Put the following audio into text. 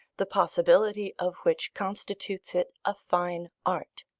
the possibility of which constitutes it a fine art.